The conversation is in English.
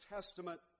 Testament